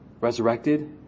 resurrected